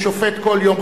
והוא שופט כל יום,